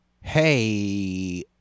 Hey